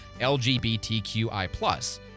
LGBTQI+